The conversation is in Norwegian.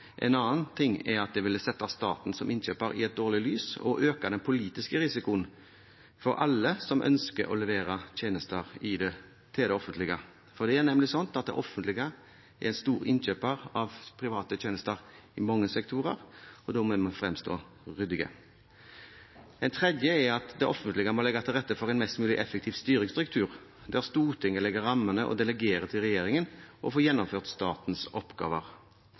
at det ville sette staten som innkjøper i et dårlig lys og øke den politiske risikoen for alle som ønsker å levere tjenester til det offentlige, for det er nemlig sånn at det offentlige er en stor innkjøper av private tjenester i mange sektorer, og da må en fremstå ryddig. En tredje ting er at det offentlige må legge til rette for en mest mulig effektiv styringsstruktur, der Stortinget legger rammene og delegerer til regjeringen å få gjennomført statens oppgaver.